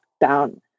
down